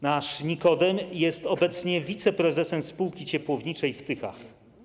Nasz Nikodem jest obecnie wiceprezesem spółki ciepłowniczej w Tychach.